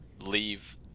leave